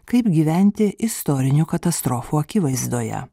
kaip gyventi istorinių katastrofų akivaizdoje